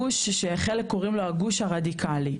גוש שחלק קוראים לו הגוש הרדיקאלי,